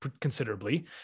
considerably